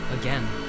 again